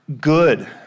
good